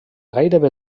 gairebé